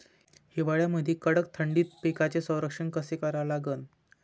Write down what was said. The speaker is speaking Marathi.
हिवाळ्यामंदी कडक थंडीत पिकाचे संरक्षण कसे करा लागन?